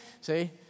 See